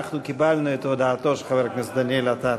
קיבלנו את הודעתו של חבר הכנסת דניאל עטר.